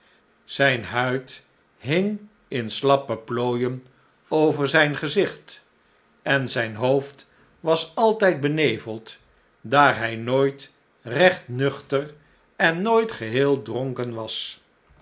zijne huid hing in slappe plooien over zijn gezicht en zijn hoofd dickexs slechte ttydm slechte tijden was altijd beneveld daar hij nooit recht nuchter en nooit geheel dronken was